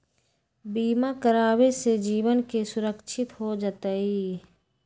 बीमा करावे से जीवन के सुरक्षित हो जतई?